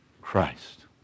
Christ